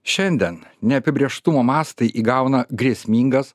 šiandien neapibrėžtumo mastai įgauna grėsmingas